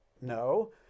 No